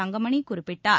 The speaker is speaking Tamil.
தங்கமணி குறிப்பிட்டார்